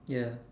ya